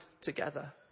together